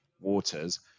waters